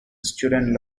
student